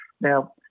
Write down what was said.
Now